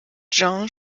jean